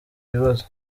ibibazo